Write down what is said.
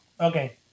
okay